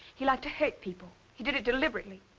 he liked to hurt people. he did it deliberately.